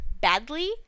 badly